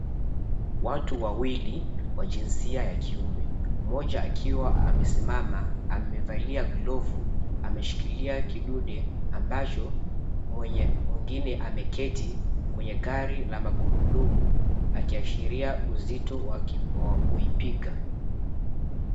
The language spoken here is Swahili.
Watu wawili wa jinsia ya kiume mmoja akiwa amesimama amevalia glovu, ameshikilia kidude ambacho mwenye mwingine ameketi kwenye gari la magurudumu akiashiria uzito wa kuipiga.